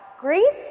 Greece